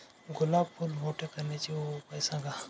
गुलाब फूल मोठे करण्यासाठी उपाय सांगा?